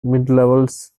midlevels